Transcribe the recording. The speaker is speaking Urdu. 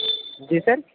جی سر